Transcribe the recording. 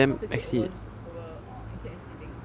cause you keep over sh~ over orh and keep exceeding